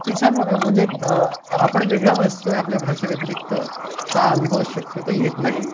ते छान म्हणजे तं आपण वेगळं वाचतो आहे आपल्या भाषेव्यतिरिक्त हा अनुभव शक्यतो येत नाही